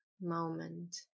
moment